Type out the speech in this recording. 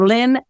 Lynn